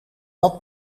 dat